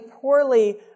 poorly